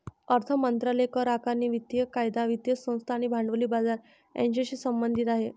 अर्थ मंत्रालय करआकारणी, वित्तीय कायदा, वित्तीय संस्था आणि भांडवली बाजार यांच्याशी संबंधित आहे